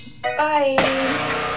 Bye